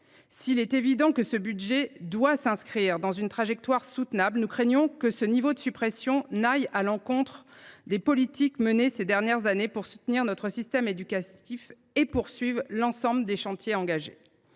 S’il est évident que ce budget doit s’inscrire dans une trajectoire soutenable, nous craignons que ce niveau de suppressions n’aille à l’encontre des politiques menées ces dernières années pour soutenir notre système éducatif et qu’il remette en question la